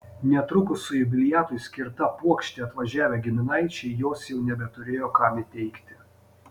netrukus su jubiliatui skirta puokšte atvažiavę giminaičiai jos jau nebeturėjo kam įteikti